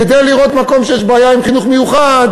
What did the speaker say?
כדי לראות מקום שיש בעיה עם חינוך מיוחד,